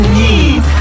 need